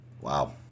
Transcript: Wow